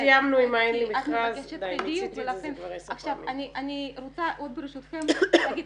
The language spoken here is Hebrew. את מבקשת בדיוק ולכן --- אני רוצה ברשותכם להגיד